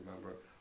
remember